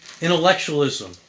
intellectualism